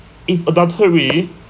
if adultery